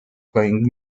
playing